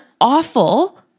awful